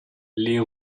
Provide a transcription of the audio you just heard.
les